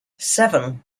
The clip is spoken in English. seven